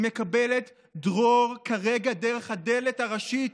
היא מקבלת דרור כרגע דרך הדלת הראשית,